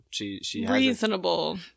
Reasonable